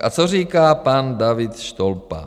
A co říká pan David Štolpa?